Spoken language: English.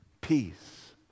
peace